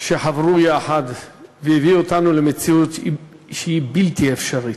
שחברו יחד והביאו אותנו למציאות שהיא בלתי אפשרית.